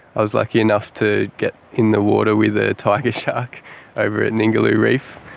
i was lucky enough to get in the water with a tiger shark over at ningaloo reef,